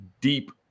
deep